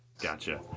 gotcha